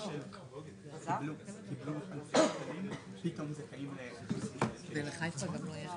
יקבלו בהתאם לסכום שבו הם